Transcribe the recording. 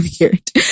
weird